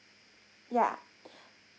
ya